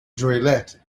joliet